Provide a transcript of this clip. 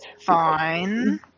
fine